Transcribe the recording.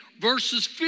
verses